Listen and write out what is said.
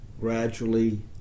gradually